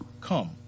come